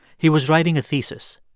he was writing a thesis.